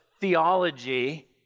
theology